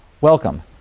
Welcome